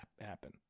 happen